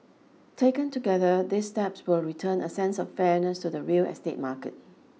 taken together these steps will return a sense of fairness to the real estate market